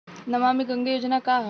नमामि गंगा योजना का ह?